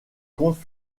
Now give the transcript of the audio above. conte